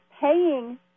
paying